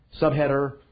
subheader